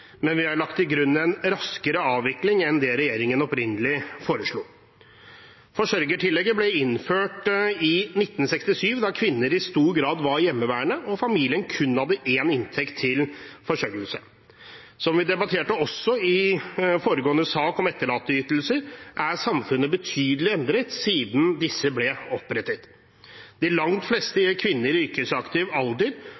men vi har lagt til grunn en raskere avvikling enn det regjeringen opprinnelig foreslo. Forsørgingstillegget ble innført i 1967, da kvinner i stor grad var hjemmeværende og familien kun hadde én inntekt til forsørgelse. Som vi debatterte i foregående sak, om etterlatteytelser, er samfunnet betydelig endret siden disse ble opprettet. De langt fleste